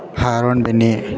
Haroon Binny